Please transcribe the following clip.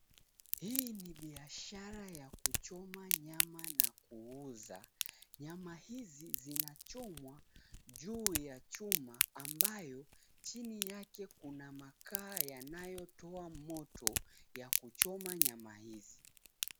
Hii ni biashara ya kuchoma nyama na kuuza. Nyama hizi zinachomwa juu ya chuma ambayo chini yake kuna makaa yanayotoa moto ya kuchoma nyama hizi.